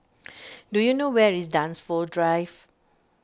do you know where is Dunsfold Drive